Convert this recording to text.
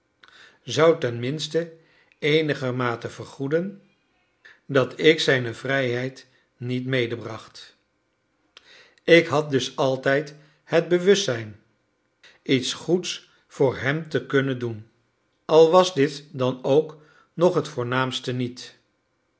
zou tenminste eenigermate vergoeden dat ik zijne vrijheid niet medebracht ik had dus altijd het bewustzijn iets goeds voor hem te kunnen doen al was dit dan ook nog het voornaamste niet